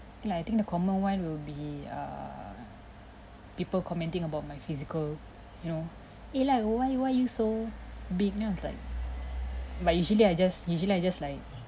like I think the common one will be (err )people commenting about my physical you know ella why why are you so big and then I was like but usually I just usually I just like